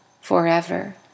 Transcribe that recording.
forever